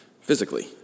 Physically